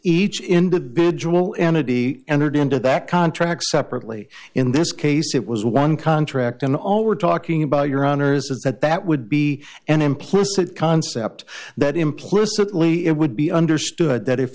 each individual entity entered into that contract separately in this case it was one contract and all we're talking your honour's is that that would be an implicit concept that implicitly it would be understood that if